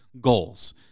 goals